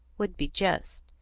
would be just.